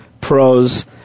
pros